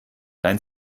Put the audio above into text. dein